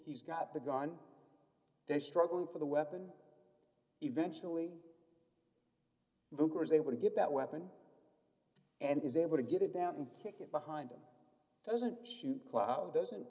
he's got the gun there struggling for the weapon eventually able to get that weapon and is able to get it down and pick it behind him doesn't shoot cloud doesn't